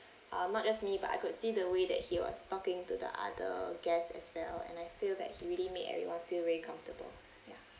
um not just me but I could see the way that he was talking to the other guests as well and I feel that he really made everyone feel very comfortable yeah